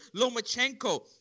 Lomachenko